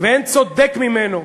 ואין צודק ממנו,